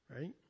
Right